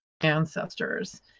ancestors